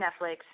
Netflix